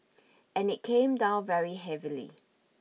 and it came down very heavily